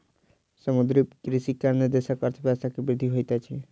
समुद्रीय कृषिक कारणेँ देशक अर्थव्यवस्था के वृद्धि होइत अछि